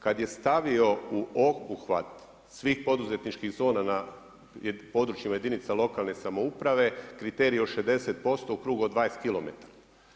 Kada je stavio u obuhvat svih poduzetničkih zona na područjima jedinica lokalne samouprave kriterij od 60% u krugu od 20km.